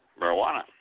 marijuana